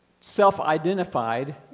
self-identified